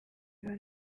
bantu